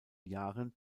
jahren